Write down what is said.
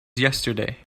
yesterday